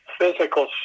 Physical